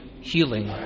healing